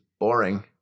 Boring